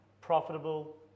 profitable